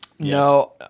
No